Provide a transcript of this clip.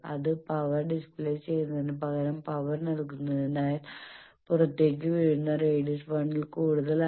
അത് power dissipate ചെയുന്നതിനു പകരം പവർ നൽകുന്നതിനാൽ പുറത്തേക്ക് വീഴുന്ന റേഡിയസ് 1 ൽ കൂടുതലാണ്